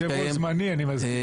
יושב-ראש זמני, אני מזכיר לך.